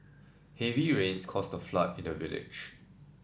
heavy rains caused a flood in the village